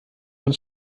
von